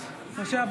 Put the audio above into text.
(קוראת בשמות חברי הכנסת) משה אבוטבול,